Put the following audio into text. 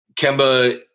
Kemba